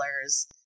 colors